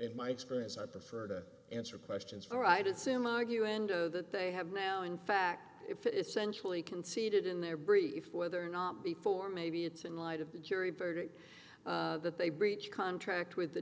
in my experience i prefer to answer questions for i'd assume argue endo that they have now in fact if it's centrally conceded in their briefs whether or not before maybe it's in light of the jury verdict that they breach the contract with the